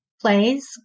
plays